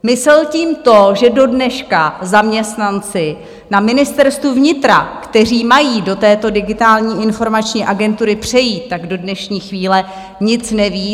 Myslel tím to, že dodneška zaměstnanci na Ministerstvu vnitra, kteří mají do této Digitální informační agentury přejít, do dnešní chvíle nic neví?